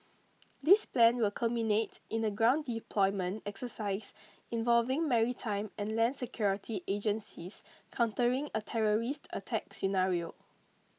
this plan will culminate in a ground deployment exercise involving maritime and land security agencies countering a terrorist attack scenario